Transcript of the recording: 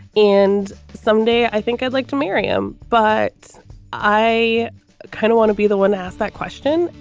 and someday i think i'd like to marry him, but i kind of want to be the one to ask that question.